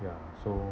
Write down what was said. ya so